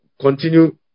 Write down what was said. continue